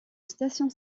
station